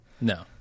No